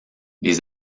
les